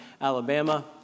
Alabama